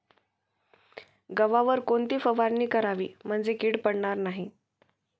गव्हावर कोणती फवारणी करावी म्हणजे कीड पडणार नाही?